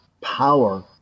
power